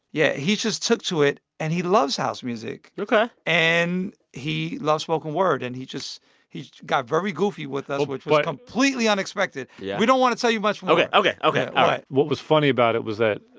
yeah, he just took to it. and he loves house music yeah ok and he loves spoken word. and he just he got very goofy with us, which was completely unexpected yeah we don't want to tell you much more ok. ok. all right what was funny about it was that,